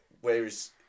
whereas